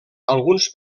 alguns